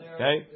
Okay